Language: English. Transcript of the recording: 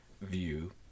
view